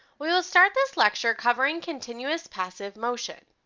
we will start this lecture covering continuous passive motion.